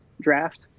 draft